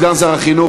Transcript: סגן שר החינוך,